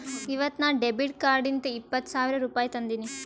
ಇವತ್ ನಾ ಡೆಬಿಟ್ ಕಾರ್ಡ್ಲಿಂತ್ ಇಪ್ಪತ್ ಸಾವಿರ ರುಪಾಯಿ ತಂದಿನಿ